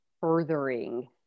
furthering